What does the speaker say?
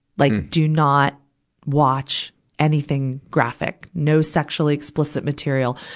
like, do not watch anything graphic. no sexually explicit material.